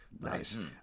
Nice